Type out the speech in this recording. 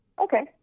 okay